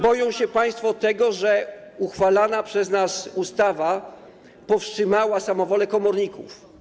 Boją się państwo tego, że uchwalona przez nas ustawa powstrzymała samowolę komorników.